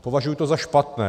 Považuji to za špatné.